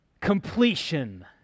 completion